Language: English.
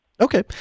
Okay